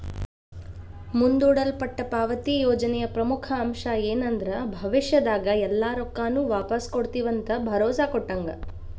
ಮುಂದೂಡಲ್ಪಟ್ಟ ಪಾವತಿ ಯೋಜನೆಯ ಪ್ರಮುಖ ಅಂಶ ಏನಂದ್ರ ಭವಿಷ್ಯದಾಗ ಎಲ್ಲಾ ರೊಕ್ಕಾನು ವಾಪಾಸ್ ಕೊಡ್ತಿವಂತ ಭರೋಸಾ ಕೊಟ್ಟಂಗ